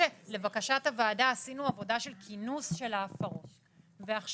לבקשת הוועדה עשינו עבודה של כינוס של ההפרות ועכשיו,